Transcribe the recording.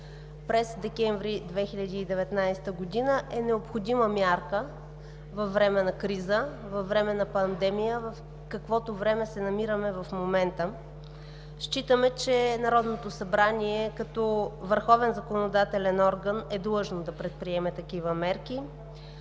месец декември 2019 г. е необходима мярка във време на криза, във време на пандемия, в каквото време се намираме в момента. Считаме, че Народното събрание като върховен законодателен орган е длъжно да предприеме такива мерки,